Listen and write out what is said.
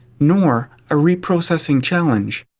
nor a reprocessing challenge.